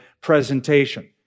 presentation